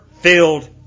filled